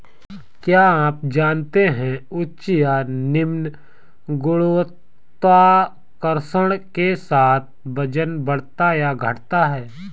क्या आप जानते है उच्च या निम्न गुरुत्वाकर्षण के साथ वजन बढ़ता या घटता है?